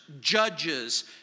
judges